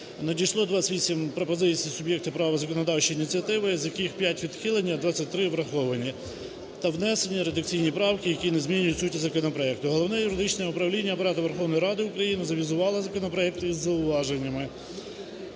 надійшло 28 пропозицій суб'єктів права законодавчої ініціативи, з яких 5 відхилені, а 23 враховані та внесені редакційні правки, які не змінюють суті законопроекту. Головне юридичне управління Апарату Верховної Ради України завізувало законопроект із зауваженнями.